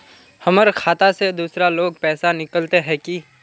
हमर खाता से दूसरा लोग पैसा निकलते है की?